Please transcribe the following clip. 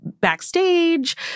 backstage